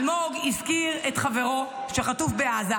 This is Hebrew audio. אלמוג הזכיר את חברו שחטוף בעזה,